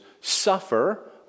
suffer